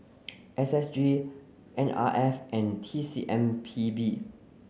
S S G N R F and T C M P B